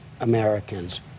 Americans